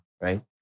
right